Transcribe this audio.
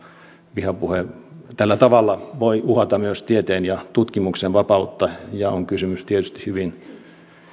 vihapuhe tällä tavalla voi uhata myös tieteen ja tutkimuksen vapautta ja on kysymys tietysti hyvin